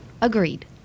Agreed